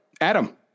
Adam